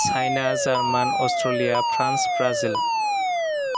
China German Australia France Brazil